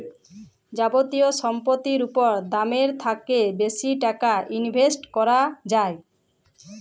যাবতীয় সম্পত্তির উপর দামের থ্যাকে বেশি টাকা ইনভেস্ট ক্যরা হ্যয়